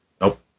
Nope